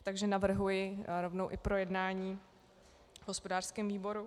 Takže navrhuji rovnou i projednání v hospodářském výboru.